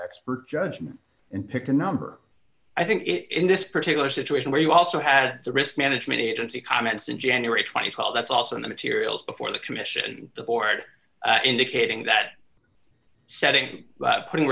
expert judgement and pick a number i think it in this particular situation where you also had the risk management agency comments in january th well that's also in the materials before the commission the board indicating that setting putting